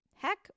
Heck